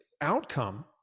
outcome